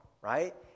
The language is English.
right